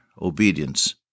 obedience